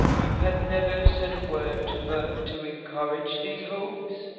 you have never said a word to her to encourage these hopes.